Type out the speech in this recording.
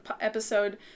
episode